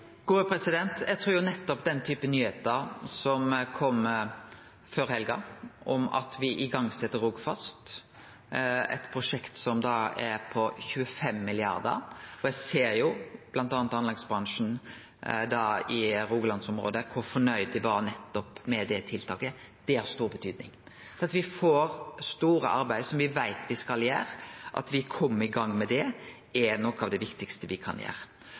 Eg trur nettopp den type nyheiter som kom før helga, om at me set i gang Rogfast, eit prosjekt som er på 25 mrd. kr – eg ser kor fornøgd bl.a. anleggsbransjen i Rogalands-området var med nettopp det tiltaket – har stor betydning. Det at me kjem i gang med store arbeid som me veit me skal gjere, er noko av det viktigaste me kan gjere. Representanten Leirtrø tar òg opp dette med